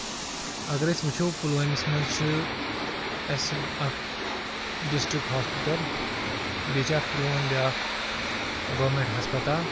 اَگر أسۍ وُچھو پُلوٲمِس منٛز چھِ اَسہِ اکھ ڈِسٹرک ہاسپِٹل بیٚیہِ چھِ اکھ پرون اکھ گورمینٹ ہسپتال